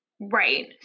Right